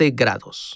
grados